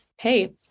hey